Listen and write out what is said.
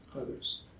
others